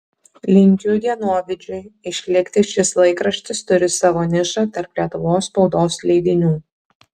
linkiu dienovidžiui išlikti šis laikraštis turi savo nišą tarp lietuvos spaudos leidinių